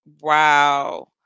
Wow